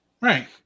Right